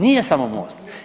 Nije samo Most.